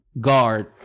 guard